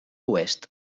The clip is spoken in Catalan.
oest